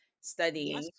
studying